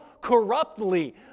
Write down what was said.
corruptly